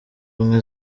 ubumwe